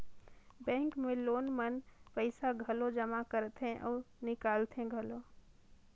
bank मे लोग मन पइसा घलो जमा करथे अउ निकालथें घलो